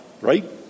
right